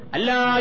Allah